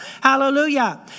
Hallelujah